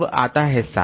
अब आता है 7